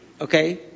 Okay